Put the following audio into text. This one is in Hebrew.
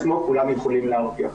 כולם יכולים להרוויח.